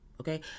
Okay